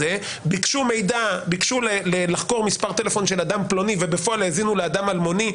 ביקשו לחקור מספר טלפון של אדם פלוני ובפועל האזינו לאדם אלמוני,